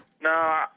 No